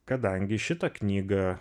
kadangi šitą knygą